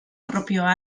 propioa